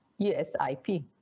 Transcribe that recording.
USIP